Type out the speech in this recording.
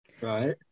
right